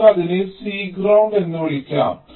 അതിനാൽ നമുക്ക് അതിനെ C ഗ്രൌണ്ട് എന്ന് വിളിക്കാം